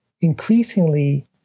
increasingly